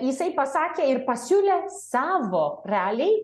jisai pasakė ir pasiūlė savo realiai